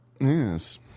Yes